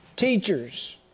Teachers